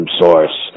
source